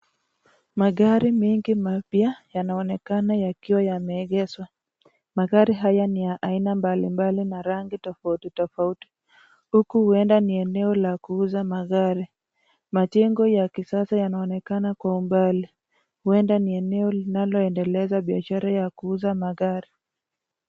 Magari mengi mapya yanaonekana yakiwa yameegeshwa, magari haya ni ya aina mbalimbali na rangi tofauti tofauti, huku huenda ni eneo ya kuuza magari, majengo ya kisasa yanaonekana kwa umbali, huenda ni eneo linalo endeleza biashara ya kuuza magari.